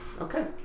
Okay